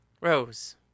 Rose